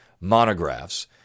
monographs